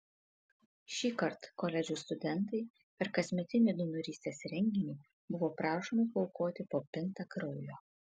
šįkart koledžų studentai per kasmetinį donorystės renginį buvo prašomi paaukoti po pintą kraujo